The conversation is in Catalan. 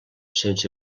sense